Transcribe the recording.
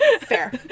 Fair